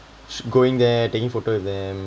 going there taking photo with them